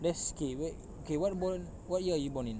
let's okay wait okay what born what year are you born in